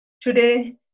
today